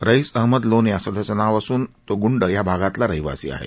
रईस अहमद लोने असं त्याचं नाव असून तो गुंड या भागातला रहिवासी आहे